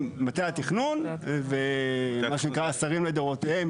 מטה התכנון, ומה שנקרא, השרים לדורותיהם.